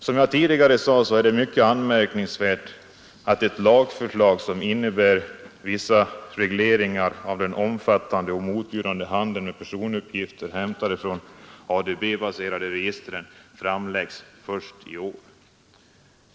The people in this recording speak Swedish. Som jag tidigare sade, är det mycket anmärkningsvärt att ett lagförslag som innebär vissa regleringar av den omfattande och motbjudande handeln med personuppgifter hämtade från de ADB-baserade registren framläggs först i år.